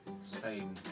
Spain